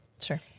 Sure